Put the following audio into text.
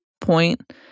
point